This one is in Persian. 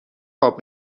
خواب